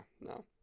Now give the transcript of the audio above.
no